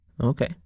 Okay